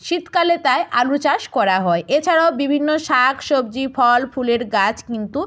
শীতকালে তাই আলু চাষ করা হয় এছাড়াও বিভিন্ন শাক সবজি ফল ফুলের গাছ কিন্তু